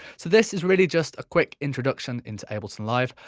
so this is really just a quick introduction into ableton live.